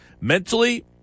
Mentally